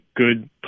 good